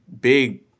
big